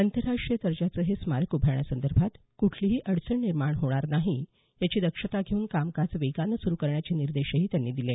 आंतरराष्ट्रीय दर्जाचे हे स्मारक उभारण्यासंदर्भात कुठलीही अडचण निर्माण होणार नाही याची दक्षता घेऊन कामकाज वेगाने सुरु करण्याचे निर्देशही त्यांनी दिले